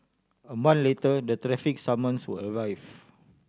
a month later the traffic summons were arrive